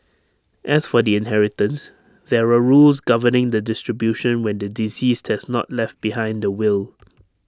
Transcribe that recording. as for the inheritance there are rules governing the distribution when the deceased has not left behind A will